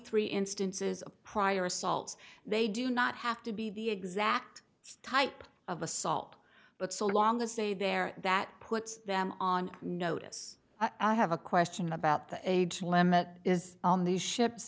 three instances of prior assaults they do not have to be the exact type of assault but so long as they there that puts them on notice i have a question about the age limit is on these ships